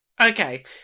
Okay